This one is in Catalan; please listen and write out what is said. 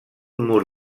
mur